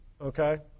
okay